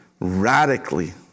radically